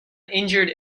injured